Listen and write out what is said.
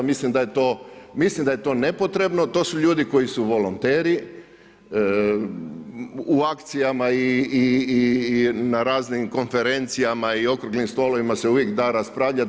Mislim da je to nepotrebno, to su ljudi koji su volonteri u akcijama i na raznim konferencijama i okruglim stolovima se uvijek da raspravljat.